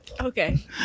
Okay